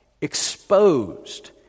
exposed